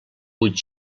vuit